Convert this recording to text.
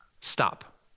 stop